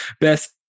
best